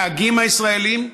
הנהגים הישראלים,